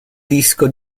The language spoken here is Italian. disco